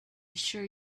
sure